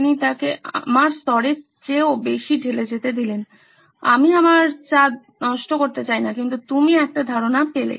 তিনি তাকে আমার স্তরের চেয়েও বেশি ঢেলে যেতে দিলেন আমি আমার চা নষ্ট করতে চাই না কিন্তু তুমি একটা ধারণা পেলে